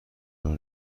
راه